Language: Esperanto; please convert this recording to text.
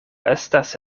estas